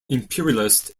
imperialist